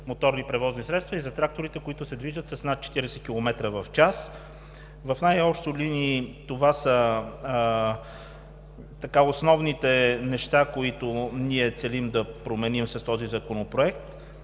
моторни превозни средства и за тракторите, които се движат с над 40 км/ч. В най-общи линии това са основните неща, които ние целим да променим с този Законопроект.